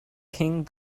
king